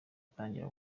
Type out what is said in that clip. atangira